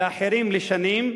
ואחרים לשנים,